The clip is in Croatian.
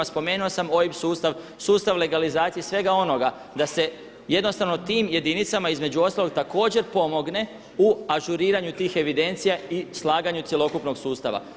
Spomenuo sam OIB sustav, sustav legalizacije, svega onoga da se jednostavno tim jedinicama između ostalog također pomogne u ažuriranju tih evidencija i slaganju cjelokupnog sustava.